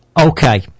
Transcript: okay